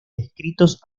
descritos